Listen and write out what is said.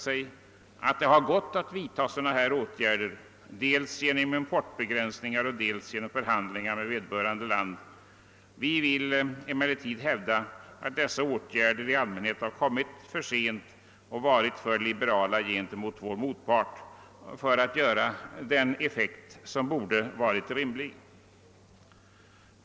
Nu har det emellertid visat sig att det gått att importbegränsningar, dels genom förhandlingar med vederbörande länder. Vi vill emellertid hävda att dessa åtgärder i allmänhet satts in för sent och varit för liberala gentemot vår motpart för att medföra den effekt som borde varit rimlig.